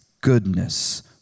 goodness